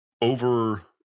over